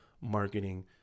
marketing